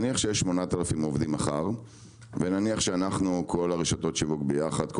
נניח שיש כ-8,000 עובדים מחר ונניח שכל רשתות השיווק יחד,